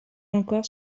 encore